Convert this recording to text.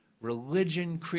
religion